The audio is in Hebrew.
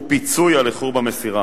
הוא פיצוי על איחור במסירה.